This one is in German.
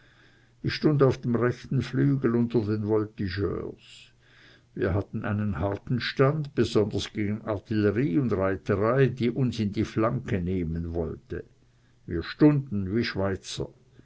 ich stund auf dem rechten flügel unter den voltigeurs wir hatten harten stand besonders gegen artillerie und reiterei die uns in die flanke nehmen wollte wir stunden wie schweizer